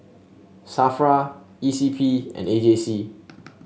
Safra E C P and A J C